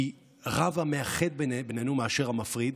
כי רב המאחד בינינו מאשר המפריד,